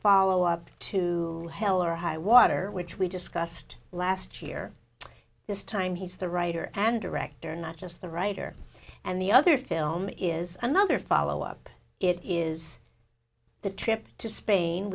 follow up to hell or highwater which we discussed last year this time he's the writer and director not just the writer and the other film is another follow up it is the trip to spain